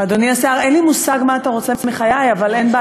אני מת,